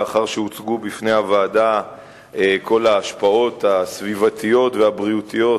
לאחר שהוצגו בפני הוועדה כל ההשפעות הסביבתיות והבריאותיות